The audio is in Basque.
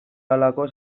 halako